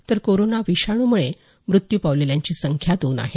तर कोरोना विषाणू मुळे मृत्यू पावलेल्यांची संख्या दोन आहे